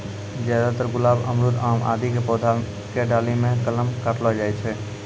ज्यादातर गुलाब, अमरूद, आम आदि के पौधा के डाली मॅ कलम काटलो जाय छै